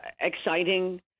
exciting